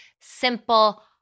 simple